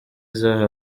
zahawe